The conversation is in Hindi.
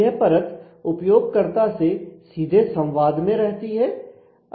यह परत उपयोगकर्ता से सीधे संवाद में रहती है